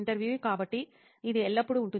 ఇంటర్వ్యూఈ కాబట్టి ఇది ఎల్లప్పుడూ ఉంటుంది